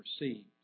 received